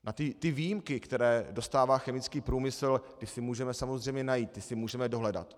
A ty výjimky, které dostává chemický průmysl, ty si můžeme samozřejmě najít, ty si můžeme dohledat.